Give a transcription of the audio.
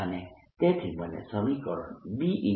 અને તેથી મને સમીકરણ B